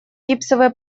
гипсовые